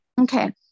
Okay